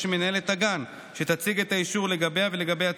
ממנהלת הגן שתציג את האישור לגביה ולגבי הצוות,